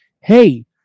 hey